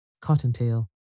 Cottontail